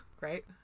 Right